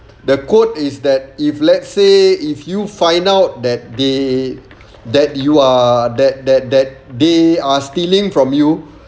the code is that if let's say if you find out that they that you are that that that they are stealing from you